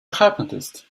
hypnotist